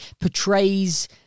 portrays